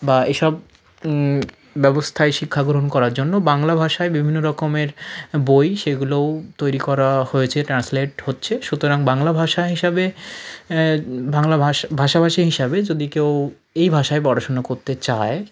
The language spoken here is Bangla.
বা এসব ব্যবস্থায় শিক্ষা গ্রহণ করার জন্য বাংলা ভাষায় বিভিন্ন রকমের বই সেগুলোও তৈরি করা হয়েছে ট্রান্সলেট হচ্ছে সুতরাং বাংলা ভাষা হিসাবে বাংলা ভাষা ভাষাভাষী হিসাবে যদি কেউ এই ভাষায় পড়াশুনো করতে চায়